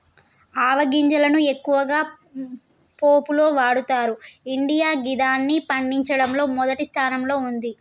ఆవ గింజలను ఎక్కువగా పోపులో వాడతరు ఇండియా గిదాన్ని పండించడంలో మొదటి స్థానంలో ఉంది